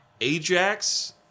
Ajax